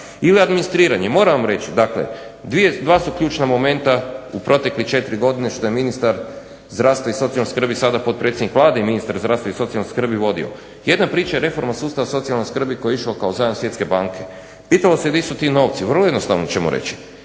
Ili administriranje, moram vam reći dakle 2 su ključna momenta u proteklih 4 godine što je ministar zdravstva i socijalne skrbi, sada potpredsjednik Vlade i ministar zdravstva i socijalne skrbi vodio. Jedna priča je reforma sustava socijalne skrbi koji je išao kao zajam Svjetske banke. Pitalo se gdje su ti novci, vrlo jednostavno ćemo reći